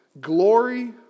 Glory